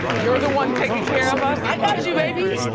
you're the one taking care of us? i got you, baby.